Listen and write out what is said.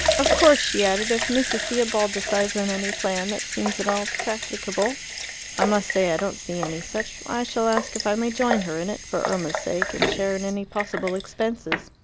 of course, she added, if mrs. theobald decides on any plan that seems at all practicable i must say i don't see any such i shall ask if i may join her in it, for irma's sake, and share in any possible expenses.